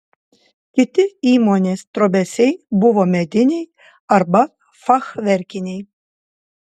kiti įmonės trobesiai buvo mediniai arba fachverkiniai